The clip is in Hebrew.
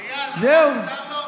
איל, מותר לו?